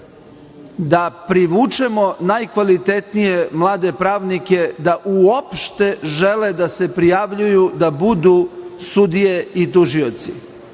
da privučemo najkvalitetnije mlade pravnike da uopšte žele da se prijavljuju da budu sudije i tužioci.